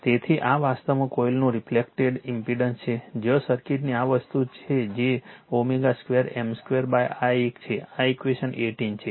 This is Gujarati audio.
તેથી આ વાસ્તવમાં કોઇલનું રિફલેકટેડ ઇમ્પેડન્સ છે જ્યાં સર્કિટની આ વસ્તુ છે જે 𝜔2 M2 આ એક છે આ ઈક્વેશન 18 છે